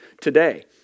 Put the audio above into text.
today